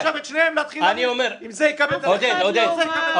דוחפים אותם עכשיו להתחיל לריב אם זה יקבל יותר או זה יקבל יותר.